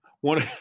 one